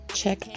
check